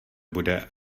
bude